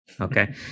Okay